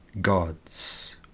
gods